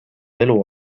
elu